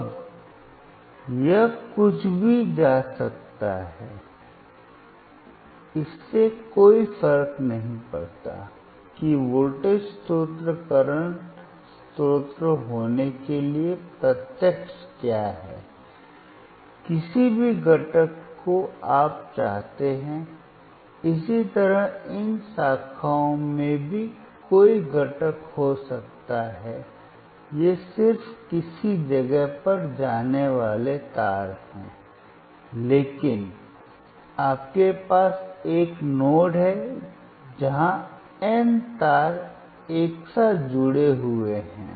अब यह कुछ भी जा सकता है इससे कोई फर्क नहीं पड़ता कि वोल्टेज स्रोत करंट स्रोत होने के लिए प्रत्यक्ष क्या है किसी भी घटक को आप चाहते हैं इसी तरह इन शाखाओं में भी कोई घटक हो सकता है ये सिर्फ किसी जगह पर जाने वाले तार हैं लेकिन आपके पास एक नोड है जहां N तार एक साथ जुड़े हुए हैं